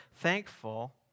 thankful